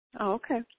okay